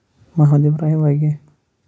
Mohammad Ibrahim Wagay